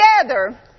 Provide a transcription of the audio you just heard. together